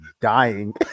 dying